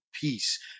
peace